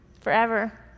forever